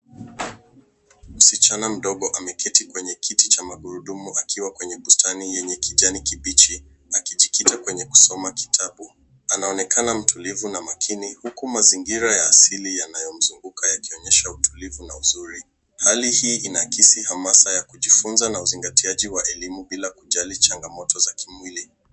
Msichana mdogo ameketi kwenye kiti cha magurudumu akiwa kwenye bustani yenye kijani kibichi akijikita kwenye kusoma kitabu. Anaonekana mtulivu na makini huku mazingira ya asili yanayomzunguka yakionyesha utulivu na uzuri. Hali hii inaakisi hamasa ya kujifunza na uzingatiaji wa elimu bila kujali changamoto za kimwili.